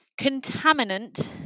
contaminant